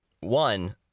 one